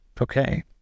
Okay